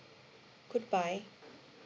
goodbye